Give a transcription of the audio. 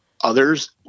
others